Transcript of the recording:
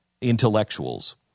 intellectuals